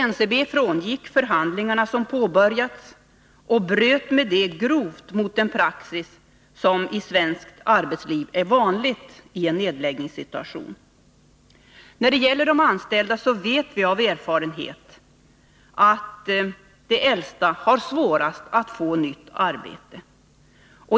NCB frångick de förhandlingar som påbörjats och bröt därigenom grovt mot den praxis som i svenskt arbetsliv är vanlig i en nedläggningssituation. När det gäller de anställda vet vi av erfarenhet att de äldsta har svårast att få nytt arbete.